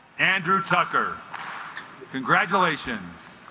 andrew tucker congratulations